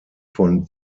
von